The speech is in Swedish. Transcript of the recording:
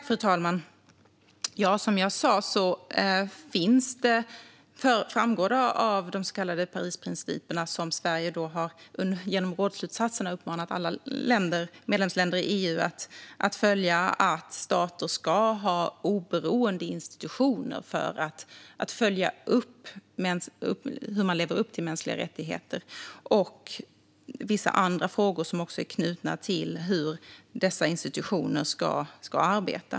Fru talman! Som jag sa framgår det av de så kallade Parisprinciperna, som Sverige genom rådsslutsatserna har uppmanat alla medlemsländer i EU att följa, att stater ska ha oberoende institutioner för att följa upp hur man lever upp till mänskliga rättigheter och vissa andra frågor som också är knutna till hur dessa institutioner ska arbeta.